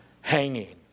hanging